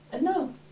No